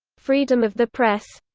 freedom of the press